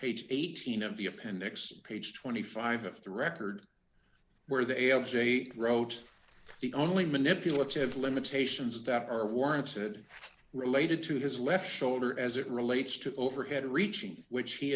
page eighteen of the appendix page twenty five of the record where the arab state wrote the only manipulates have limitations that are warranted related to his left shoulder as it relates to overhead reaching which he